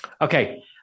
Okay